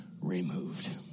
removed